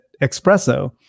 Espresso